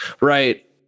Right